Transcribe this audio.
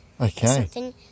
Okay